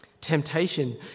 Temptation